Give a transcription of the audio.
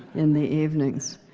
in the evenings.